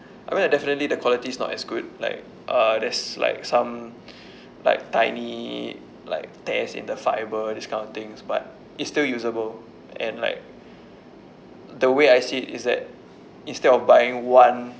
I mean like definitely the quality is not as good like uh there's like some like tiny like tears in the fiber this kind of things but it's still usable and like the way I see it is that instead of buying one